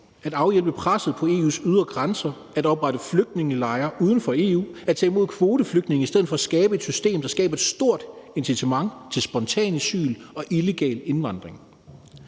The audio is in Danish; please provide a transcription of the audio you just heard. at afhjælpe presset på EU's ydre grænser; at oprette flygtningelejre uden for EU; og at tage imod kvoteflygtninge i stedet for at skabe et system, der skaber et stort incitament til spontant asyl og illegal indvandring.